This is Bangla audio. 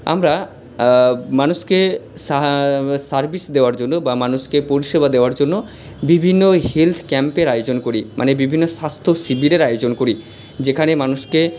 আমরা মানুষকে সাহা সার্ভিস দেওয়ার জন্য বা মানুষকে পরিষেবা দেওয়ার জন্য বিভিন্ন হেলথ ক্যাম্পের আয়োজন করি মানে বিভিন্ন স্বাস্থ্য শিবিরের আয়োজন করি যেখানে মানুষকে